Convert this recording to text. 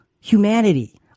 humanity